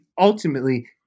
ultimately